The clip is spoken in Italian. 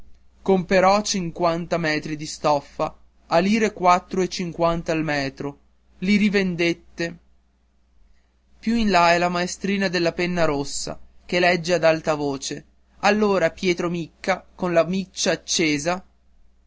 detta lentamente comperò cinquanta metri di stoffa a lire quattro e cinquanta il metro li rivendette più in là è la maestrina della penna rossa che legge ad alta voce allora pietro micca con la miccia accesa